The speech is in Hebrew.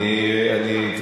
אדוני השר,